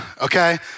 okay